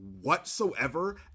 whatsoever